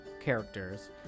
characters